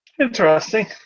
Interesting